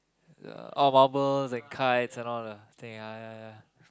uh bubbles that kinds and all the thing ah ya ya ya